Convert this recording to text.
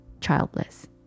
childless